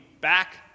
back